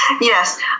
Yes